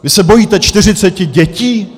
Vy se bojíte čtyřiceti dětí?